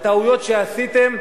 הטעויות שעשיתם,